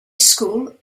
school